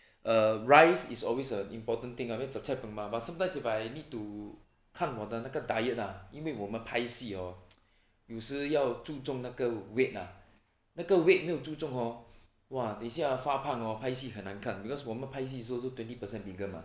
err rice is always a important thing ah because zhup cai png mah but sometimes if I need to 看我的那个 diet ah 因为我们拍戏 hor 有时要注重那个 weight ah 那个 weight 没有注重 hor !wah! 等一下发胖 hor 拍戏很难看 because 我们拍戏的时候都 twenty percent bigger mah